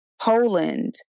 Poland